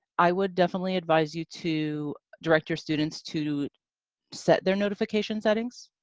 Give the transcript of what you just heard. i would definitely advise you to direct your students to to set their notification settings.